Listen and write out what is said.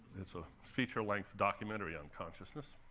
it's a feature-length documentary on consciousness.